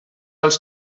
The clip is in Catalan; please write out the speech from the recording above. els